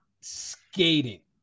skating